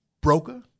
broker